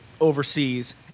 overseas